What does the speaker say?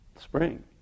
spring